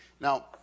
Now